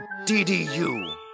DDU